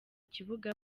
kibuga